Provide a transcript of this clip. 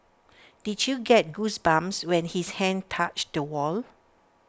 did you get goosebumps when his hand touched the wall